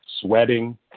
sweating